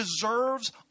deserves